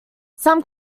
some